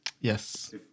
Yes